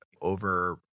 over